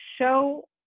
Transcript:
show